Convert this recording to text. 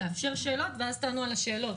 לאפשר שאלות ואז תענו על השאלות.